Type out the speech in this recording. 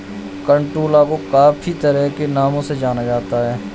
कंटोला को काफी तरह के नामों से जाना जाता है